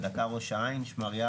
ראשי מועצות,